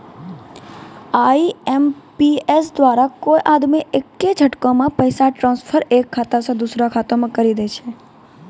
IMPS द्वारा कोय आदमी एक्के झटकामे पैसा ट्रांसफर एक खाता से दुसरो खाता मे करी दै छै